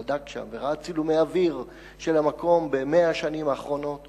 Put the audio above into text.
בדק שם וראה צילומי אוויר של המקום ב-100 השנים האחרונות